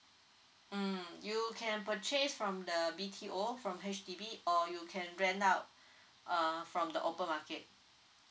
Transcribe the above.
mm you can purchase from the B_T_O from H_D_B or you can rent out err from the open market